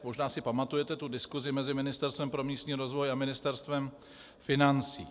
Možná si pamatujete tu diskusi mezi Ministerstvem pro místní rozvoj a Ministerstvem financí.